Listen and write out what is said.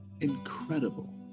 incredible